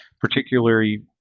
particularly